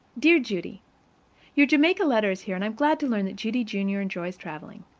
dear judy your jamaica letter is here, and i'm glad to learn that judy, junior, enjoys traveling.